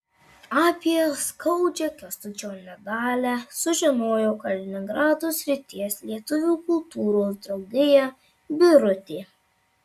apie skaudžią kęstučio nedalią sužinojo kaliningrado srities lietuvių kultūros draugija birutė